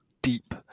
deep